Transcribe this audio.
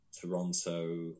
Toronto